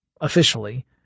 officially